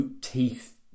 teeth